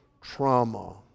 trauma